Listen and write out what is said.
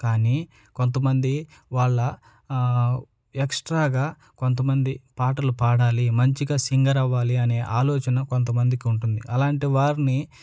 కానీ కొంతమంది వాళ్ళ ఎక్స్ట్రాగా కొంతమంది పాటలు పాడాలి మంచిగా సింగర్ అవ్వాలి అనే ఆలోచన కొంతమందికి ఉంటుంది అలాంటి వారిని